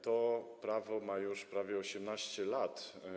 To prawo ma już prawie 18 lat.